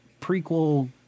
prequel